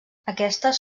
aquestes